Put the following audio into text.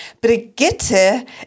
Brigitte